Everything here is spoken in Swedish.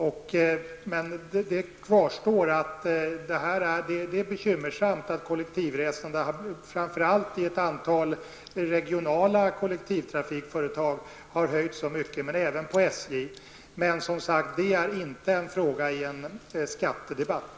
Det kvarstår alltså att det är bekymmersamt att biljettpriserna för kollektivresandet har höjts så mycket, framför allt i ett antal regionala kollektivtrafikföretag men även inom SJ. Men det är som sagt inte en fråga i en skattedebatt.